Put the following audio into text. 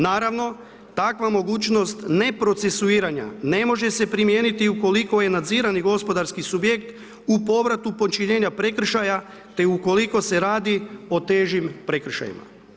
Naravno takva mogućnost ne procesuiranja ne može se primijeniti ukoliko je nadzirani gospodarski subjekt u povratu počinjenja prekršaja te ukoliko se radi o težim prekršajima.